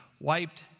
wiped